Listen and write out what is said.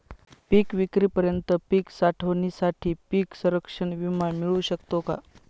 पिकविक्रीपर्यंत पीक साठवणीसाठी पीक संरक्षण विमा मिळू शकतो का?